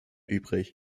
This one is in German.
übrig